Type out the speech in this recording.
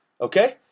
okay